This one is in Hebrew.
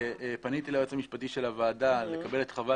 פניתי ליועץ המשפטי של הוועדה לקבל את חוות